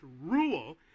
rule